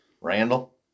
Randall